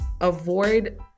avoid